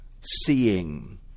seeing